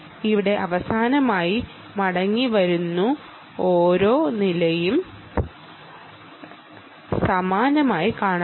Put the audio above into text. ഇവിടെക്ക് അവസാനമായി മടങ്ങിവരുന്നു ഓരോ നിലയും സമാനമായി കാണപ്പെടും